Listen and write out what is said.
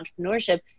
entrepreneurship